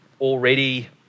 already